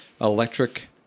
Electric